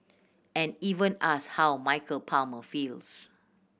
and even asked how Michael Palmer feels